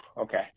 Okay